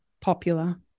Popular